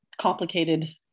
complicated